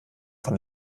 von